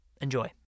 Enjoy